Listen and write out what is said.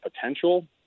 potential